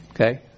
Okay